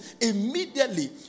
Immediately